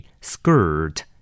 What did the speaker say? skirt